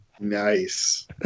Nice